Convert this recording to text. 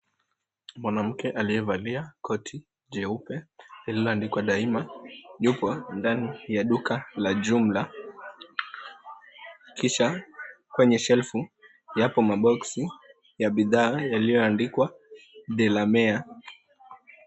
Mwanamke aliye valia koti jeupe lililo andikwa daima yupo ndani la duka la jumla kisha kwenye shelfu yako maboksi ya bidhaa ilioandikwa, Delemere.